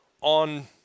on